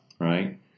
right